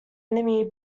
enemy